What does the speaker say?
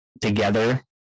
together